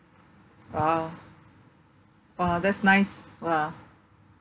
!wow! !wah! that's nice !wah!